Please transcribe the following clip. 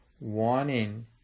wanting